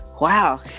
wow